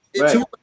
Right